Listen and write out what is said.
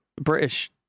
British